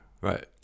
right